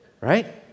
right